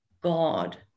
God